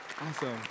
Awesome